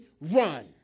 run